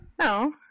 No